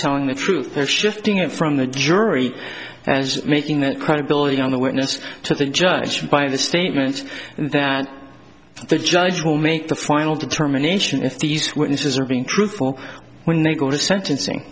telling the truth or shifting it from the jury and making that credibility on the witness to the judge by the statements that the judge will make the final determination if these witnesses are being truthful when they go to sentencing